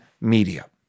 media